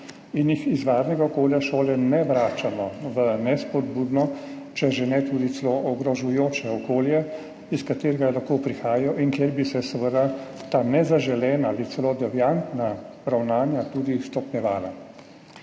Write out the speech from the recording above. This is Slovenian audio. in jih iz varnega okolja šole ne vračamo v nespodbudno, če že ne tudi celo ogrožajoče okolje, iz katerega lahko prihajajo in kjer bi se seveda ta nezaželena ali celo deviantna ravnanja tudi stopnjevala.